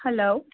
hello